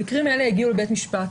המקרים האלה יגיעו לבית משפט,